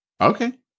Okay